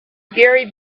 gary